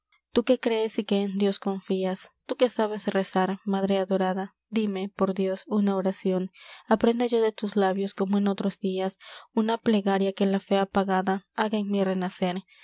tú que crees y que en dios confias tú que sabes rezar madre adorada dime por dios una oracion aprenda yo de tus labios como en otros dias una plegaria que la fé apagada haga en mí renacer